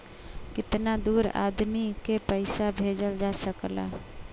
कितना दूर आदमी के पैसा भेजल जा सकला?